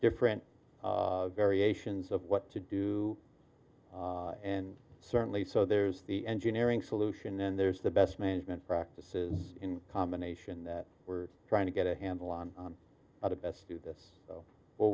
different variations of what to do and certainly so there's the engineering solution and there's the best management practices in combination that we're trying to get a handle on how to best do this or wor